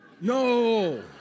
No